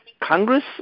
Congress